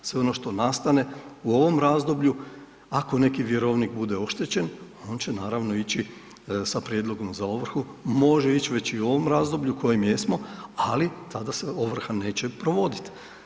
Sve ono što nastane u ovom razdoblju, ako neki vjerovnik bude oštećen on će naravno ići sa prijedlogom za ovrhu, može ić već i u ovom razdoblju u kojem jesmo, ali tada se ovrha neće provodit.